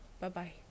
Bye-bye